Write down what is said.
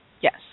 Yes